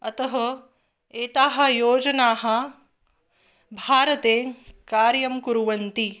अतः एताः योजनाः भारते कार्यं कुर्वन्ति